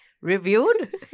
reviewed